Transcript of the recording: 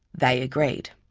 they agreed.